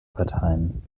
parteien